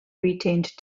retained